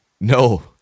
No